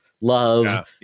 love